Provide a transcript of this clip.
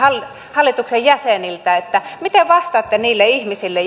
hallituksen jäseniltä mitä vastaatte niille ihmisille